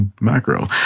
Macro